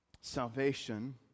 Salvation